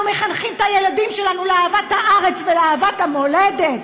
אנחנו מחנכים את הילדים שלנו לאהבת הארץ ולאהבת המולדת.